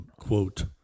quote